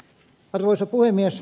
arvoisa puhemies